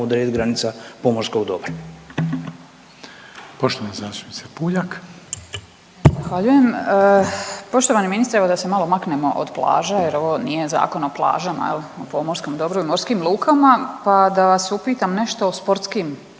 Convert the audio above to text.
(Centar)** Zahvaljujem. Poštovani ministre evo da se malo maknemo od plaža jer ovo nije zakon o plažama jel o pomorskom dobru i morskim lukama, pa da vas upitam nešto o sportskim